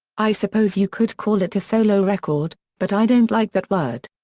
i suppose you could call it a solo record, but i don't like that word.